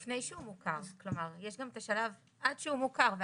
לפני שהוא מוכר, יש גם את השלב עד שהוא מוכר.